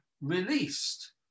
released